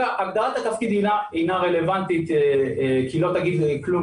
הגדרת התפקיד אינה רלוונטית כי היא לא תגיד כלום